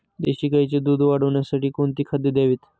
देशी गाईचे दूध वाढवण्यासाठी कोणती खाद्ये द्यावीत?